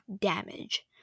Damage